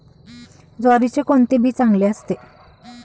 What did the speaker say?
ज्वारीचे कोणते बी चांगले असते?